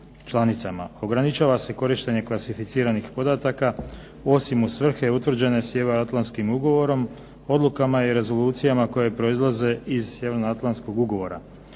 Ograničava se korištenje klasificiranih podataka osim u svrhe utvrđene Sjevernoatlantskim ugovorom, odlukama i rezolucijama koje proizlaze iz Sjevernoatlantskog ugovora,